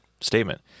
statement